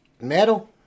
Metal